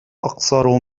أقصر